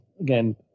Again